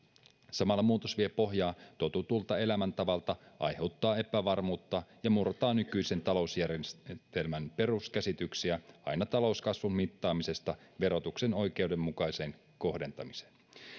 samalla muutos vie pohjaa totutulta elämäntavalta aiheuttaa epävarmuutta ja murtaa nykyisen talousjärjestelmän peruskäsityksiä aina talouskasvun mittaamisesta verotuksen oikeudenmukaiseen kohdentamiseen